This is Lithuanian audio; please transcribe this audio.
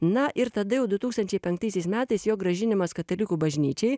na ir tada jau du tūkstančiai penktaisiais metais jo grąžinimas katalikų bažnyčiai